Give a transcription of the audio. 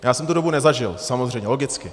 Já jsem tu dobu nezažil samozřejmě, logicky.